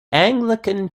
anglican